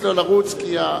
2),